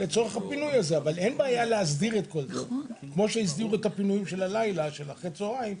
אין בעיה להסדיר זאת כמו שהסדירו את הפינויים של אחר הצהריים.